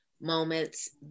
moments